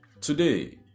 today